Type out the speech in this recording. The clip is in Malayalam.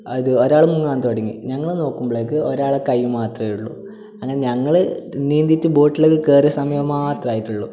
അത് ഒരാൾ മുങ്ങാൻ തുടങ്ങി ഞങ്ങൾ നോക്കുമ്പളേക്ക് ഒരാളെ കൈ മാത്രമേ ഉള്ളു അങ്ങനെ ഞങ്ങൾ നീന്തീട്ട് ബോട്ടിലേക്ക് കയറിയ സമയം മാത്രമേ ആയിട്ടുള്ളു